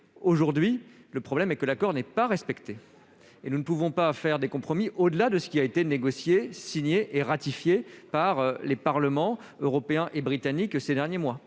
Aujourd'hui, le problème est que cet accord n'est pas respecté. Nous ne pouvons pas faire des compromis au-delà de ce qui a été négocié, signé et ratifié par les parlements européen et britannique ces derniers mois.